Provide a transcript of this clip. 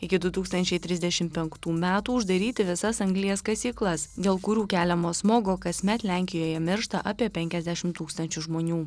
iki du tūkstančiai trisdešim penktų metų uždaryti visas anglies kasyklas dėl kurių keliamo smogo kasmet lenkijoje miršta apie penkiasdešimt tūkstančių žmonių